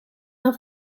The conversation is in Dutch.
haar